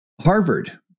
Harvard